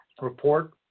report